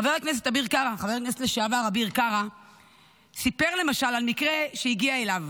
חבר הכנסת לשעבר אביר קארה סיפר למשל על מקרה שהגיע אליו,